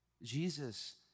Jesus